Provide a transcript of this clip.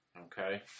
okay